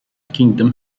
kingdom